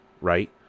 Right